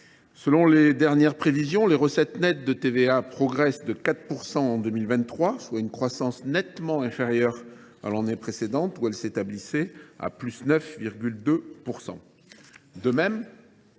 Selon les dernières prévisions, les recettes nettes de TVA progressent de 4 % en 2023, soit une croissance nettement inférieure à l’année précédente, où elles avaient crû de 9,2 %. De même,